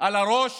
על הראש?